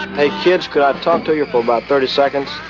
hey kids, could i talk to you for about thirty seconds?